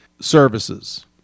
services